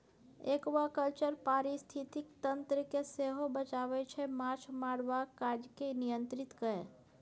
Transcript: aquaculture पारिस्थितिकी तंत्र केँ सेहो बचाबै छै माछ मारबाक काज केँ नियंत्रित कए